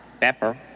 pepper